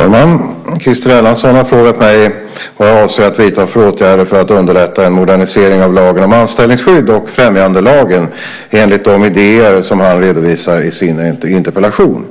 Fru talman! Christer Erlandsson har frågat mig vad jag avser att vidta för åtgärder för att underlätta en modernisering av lagen om anställningsskydd och främjandelagen enligt de idéer som han redovisar i sin interpellation.